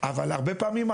אבל הרבה פעמים,